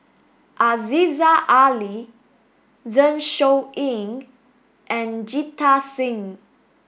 Aziza Ali Zeng Shouyin and Jita Singh